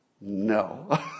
No